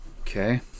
Okay